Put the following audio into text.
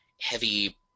heavy